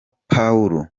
paul